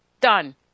Done